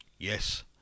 Yes